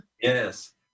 Yes